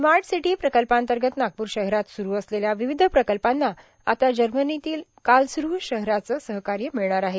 smart city प्रकल्पांतर्गत नागपूर शहरात सुरू असलेल्या विविध प्रकल्पांना आता जर्मनीतील कार्लसरू शहराचं सहकार्य मिळणार आहे